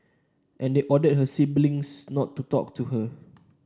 and they ordered her siblings not to talk to her